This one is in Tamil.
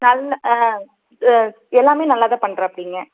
நல்ல ஆ எல்லாமே நல்லா தான் பண்றாப்பிடிங்க